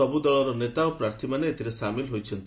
ସବୁ ଦଳର ନେତା ଓ ପ୍ରାର୍ଥୀମାନେ ଏଥିରେ ସାମିଲ ହୋଇଛନ୍ତି